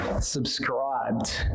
subscribed